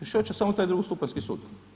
i što će samo taj drugostupanjski sud.